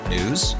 News